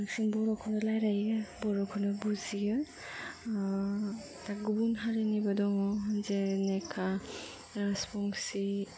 बांसिन बर'खौनो रायलायो बर'खौनो बुजियो दा गुबुन हारिनिबो दङ जेनेखा राजबंशि